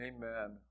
Amen